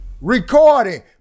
recording